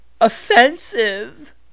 offensive